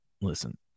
Listen